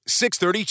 630